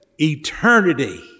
eternity